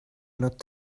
not